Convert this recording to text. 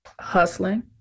Hustling